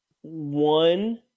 one